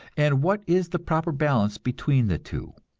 and what is the proper balance between the two.